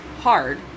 hard